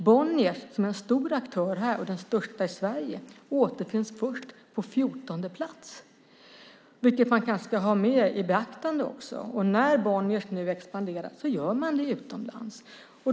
Bonniers, som är en stor aktör här och den största i Sverige, återfinns först på 14:e plats. Det kanske man också ska ta i beaktande. När Bonniers nu expanderar gör man det utomlands.